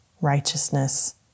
righteousness